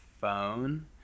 phone